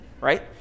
right